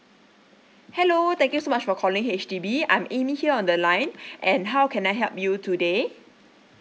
hello thank you so much for calling H_D_B I'm amy here on the line and how can I help you today